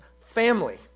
family